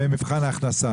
לגבי מבחן ההכנסה?